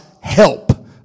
help